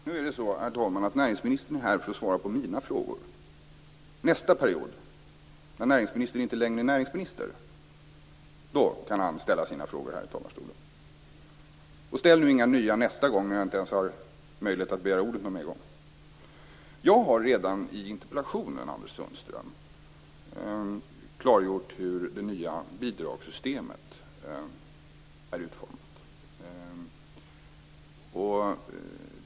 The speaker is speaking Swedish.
Herr talman! Nu är det så att näringsministern är här för att svara på mina frågor. Nästa period, när näringsministern inte längre är näringsminister, kan han ställa sina frågor här i talarstolen. Och ställ nu inga nya frågor i nästa inlägg, när jag inte ens har möjlighet att begära ordet igen! Jag har redan i interpellationen klargjort hur det nya bidragssystemet är utformat.